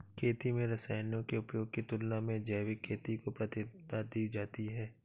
खेती में रसायनों के उपयोग की तुलना में जैविक खेती को प्राथमिकता दी जाती है